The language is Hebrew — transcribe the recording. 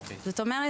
זאת אומרת,